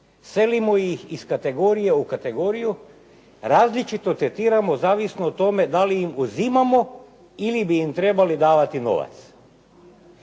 selimo ih iz kategorije u kategoriju, različito tretiramo zavisno o tome da li im uzimamo ili bi im trebali davati novac.